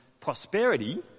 prosperity